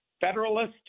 Federalist